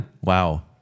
Wow